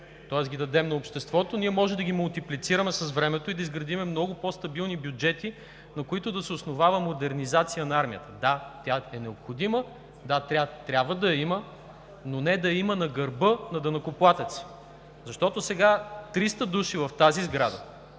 тоест ги дадем на обществото, ние можем да ги мултиплицираме с времето и да изградим много по-стабилни бюджети, на които да се основава модернизация на армията. Да, тя е необходима, да, нея трябва да я има, но не да я има на гърба на данъкоплатеца. Защото сега 300 души в тази сграда